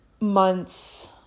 Months